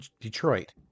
Detroit